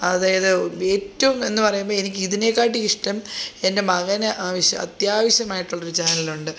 അതായത് ഏറ്റവും എന്നുപറയുമ്പോൾ എനിക്ക് ഇതിനെ കാട്ടിയും ഇഷ്ടം എൻ്റെ മകനു ആവശ്യം അത്യാവശ്യമായിട്ടുള്ളൊരു ചാനലുണ്ട്